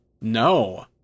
No